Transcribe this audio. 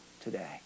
today